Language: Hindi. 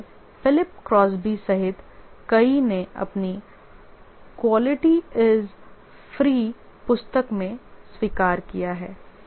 और यह फिलिप क्रॉस्बी सहित कई ने अपनी क्वालिटी इस फ्री "Quality is Free" पुस्तक में स्वीकार किया है